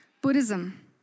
Buddhism